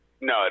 No